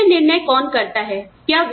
वेतन निर्णय कौन करता है